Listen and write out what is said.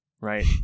right